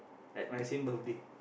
at my same birthday